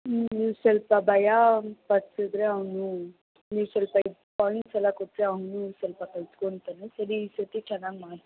ನೀವು ಸ್ವಲ್ಪ ಭಯ ಪಡಿಸಿದ್ರೆ ಅವನು ನೀವು ಸ್ವಲ್ಪ ಪಾಯಿಂಟ್ಸ್ ಎಲ್ಲ ಕೊಟ್ಟರೆ ಅವನು ಸ್ವಲ್ಪ ಕಲ್ತುಕೊಳ್ತಾನೆ ಸರಿ ಈ ಸರ್ತಿ ಚೆನ್ನಾಗಿ ಮಾಡಿಸಿ